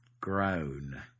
grown